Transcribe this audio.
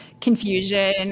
Confusion